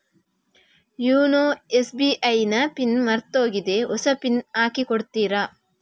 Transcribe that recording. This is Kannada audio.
ಯೂನೊ ಎಸ್.ಬಿ.ಐ ನ ಪಿನ್ ಮರ್ತೋಗಿದೆ ಹೊಸ ಪಿನ್ ಹಾಕಿ ಕೊಡ್ತೀರಾ?